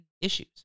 issues